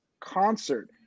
concert